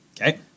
Okay